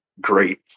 great